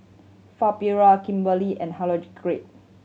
Fabiola Kimberly and Hildegarde